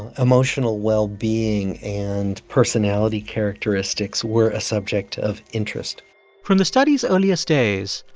emotional well-being and personality characteristics were a subject of interest from the study's earliest days,